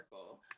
Circle